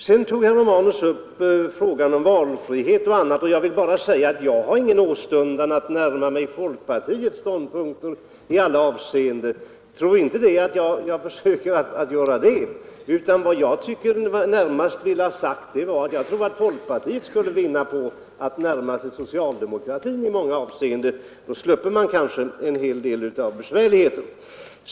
Herr Romanus tog också upp bl.a. frågan om valfrihet. Jag har ingen åstundan att närma mig folkpartiets ståndpunkter — tro inte att jag försöker göra det — utan vad jag närmast vill ha sagt är att jag anser att folkpartiet skulle vinna på att närma sig socialdemokratin i många avseenden. Då sluppe man kanske en hel del besvärligheter.